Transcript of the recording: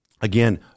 again